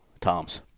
toms